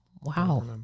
Wow